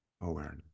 awareness